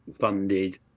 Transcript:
funded